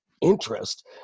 interest